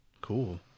Cool